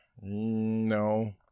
No